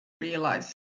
realize